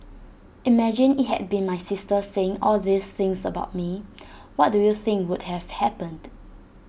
imagine IT had been my sister saying all these things about me what do you think would have happened